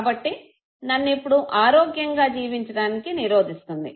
కాబట్టి నన్ను ఇప్పుడు ఆరోగ్యంగా జీవించడానికి నిరోధిస్తుంది